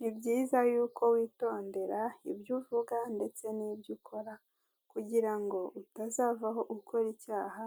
Ni byiza yuko witondera ibyo uvuga ndetse n'ibyo ukora, kugira ngo utazavaho ukora icyaha